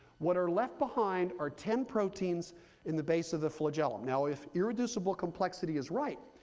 what are left behind are ten proteins in the base of the flagellum. now if irreducible complexity is right,